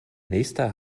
nächster